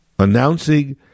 announcing